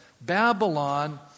Babylon